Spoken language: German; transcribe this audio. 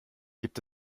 gibt